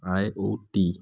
I O T